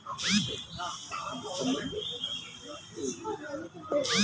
ಜನರಿಂದ ತೆರಿಗೆ ಸಂಗ್ರಹಣೆ ಹಾಗೂ ಕಾರ್ಯನಿರ್ವಹಣೆಯನ್ನು ಗಮನಿಸುವುದು ಇಂಡಿಯನ್ ರೆವಿನ್ಯೂ ಸರ್ವಿಸ್ ಮುಖ್ಯ ಕೆಲಸ